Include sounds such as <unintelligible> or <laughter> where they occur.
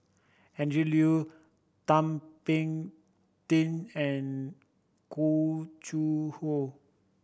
Andrew <unintelligible> Thum Ping Tjin and Khoo <unintelligible> Hoe